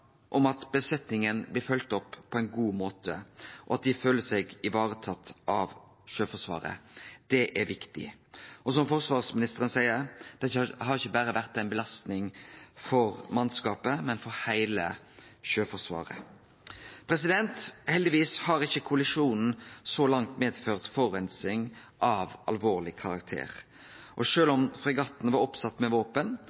at mannskapet blir følgt opp på ein god måte, og at dei føler seg varetekne av Sjøforsvaret. Det er viktig. Som forsvarsministeren seier, har det vore ei belasting ikkje berre for mannskapet, men for heile Sjøforsvaret. Heldigvis har ikkje kollisjonen så langt medført forureining av alvorleg karakter, og